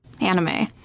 anime